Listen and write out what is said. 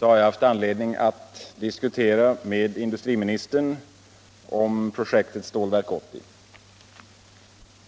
har jag haft anledning att diskutera med industriministern om pro jektet Stålverk 80.